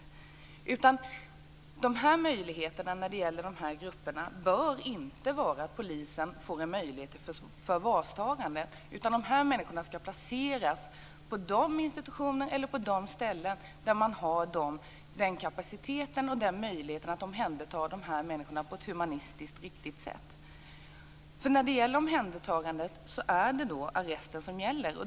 Polisen bör inte få möjlighet till förvarstagande när det gäller dessa grupper. Dessa människor skall placeras på de institutioner eller de ställen där man har kapacitet och möjlighet att omhänderta dem på ett humanistiskt och riktigt sätt. Vid omhändertagande är det arresten som gäller.